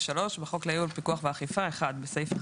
43.בחוק לייעול הפיקוח והאכיפה, (1)בסעיף 1,